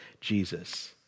Jesus